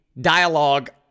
dialogue